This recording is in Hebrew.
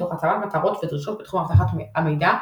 תוך הצבת מטרות ודרישות בתחום אבטחת המידע,